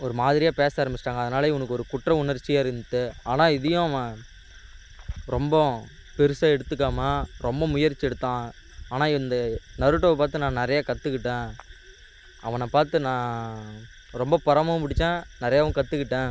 ஒரு மாதிரியாக பேச ஆரமித்துட்டாங்க அதனால் இவனுக்கு ஒரு குற்ற உணர்ச்சியாக இருந்தது ஆனா இதையும் அவன் ரொம்பவும் பெருசாக எடுத்துக்காமல் ரொம்ப முயற்சி எடுத்தான் ஆனால் இந்த நருட்டோ பார்த்து நான் நிறையா கற்றுக்கிட்டேன் அவனை பார்த்து நா ரொம்ப பொறாமயும் பிடிச்சேன் நிறையாவும் கற்றுக்கிட்டேன்